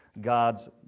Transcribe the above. God's